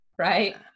right